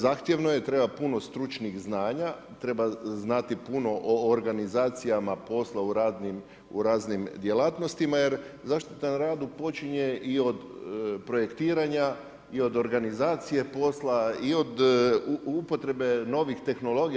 Zahtjevno je, treba puno stručnih znanja, treba znati puno o organizacijama posla u raznim djelatnostima jer zaštita na radu počinje i od projektiranja i od organizacije posla i od upotrebe novih tehnologija.